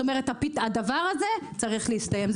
הדבר הזה צריך להסתיים.